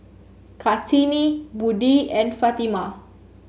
Kartini Budi and Fatimah